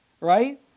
right